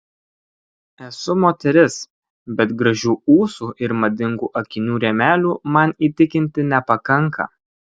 esu moteris bet gražių ūsų ir madingų akinių rėmelių man įtikinti nepakanka